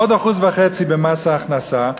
עוד 1.5% במס ההכנסה,